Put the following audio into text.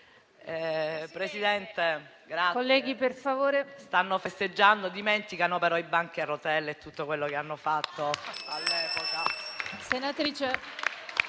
Presidente, stanno festeggiando. Dimenticano però i banchi a rotelle e tutto quello che hanno fatto all'epoca.